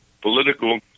political